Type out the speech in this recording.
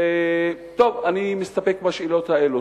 אני מסתפק בשאלות האלה.